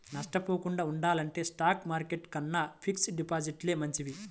నష్టపోకుండా ఉండాలంటే stock market కన్నా ఫిక్స్డ్ డిపాజిట్లే మంచివి